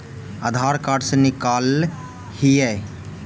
आधार card से निकाल हिऐ?